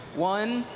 one,